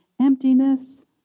emptiness